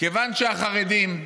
כיוון שהחרדים,